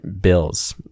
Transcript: bills